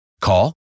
Call